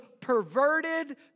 perverted